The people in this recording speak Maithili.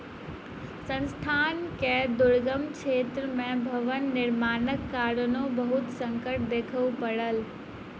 संस्थान के दुर्गम क्षेत्र में भवन निर्माणक कारणेँ बहुत संकट देखअ पड़ल